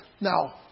now